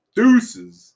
Deuces